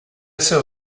sœur